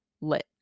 lit